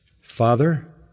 Father